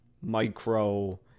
micro